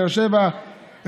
באר שבע,